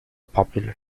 popular